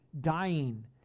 dying